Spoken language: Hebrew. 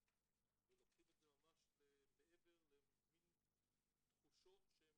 קיצוניות ולוקחים את זה ממש למן תחושות שהם